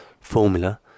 formula